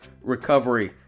recovery